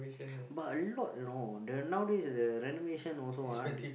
but a lot you know the nowadays the renovation also ah